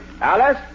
Alice